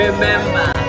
Remember